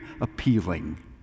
appealing